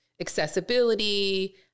Accessibility